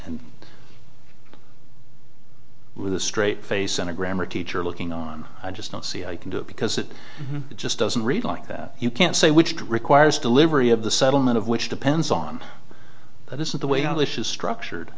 and with a straight face and a grammar teacher looking on i just don't see how you can do it because it just doesn't read like that you can't say which requires delivery of the settlement of which depends on this is the way i wish is structured